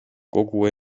kogu